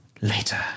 later